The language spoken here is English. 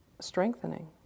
strengthening